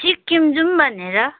सिक्किम जाऔँ भनेर